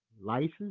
License